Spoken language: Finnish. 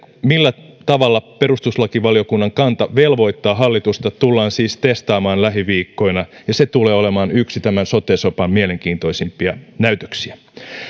millä tavalla perustuslakivaliokunnan kanta velvoittaa hallitusta tullaan siis testaamaan lähiviikkoina ja se tulee olemaan yksi tämän sote sopan mielenkiintoisimpia näytöksiä